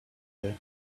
here